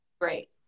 great